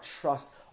trust